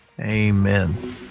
amen